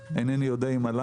אינני יודע אם הנושא הזה,